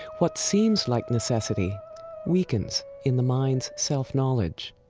what seems like necessity weakens in the mind's self-knowledge,